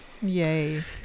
yay